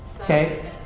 okay